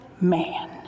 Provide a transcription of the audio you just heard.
man